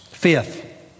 Fifth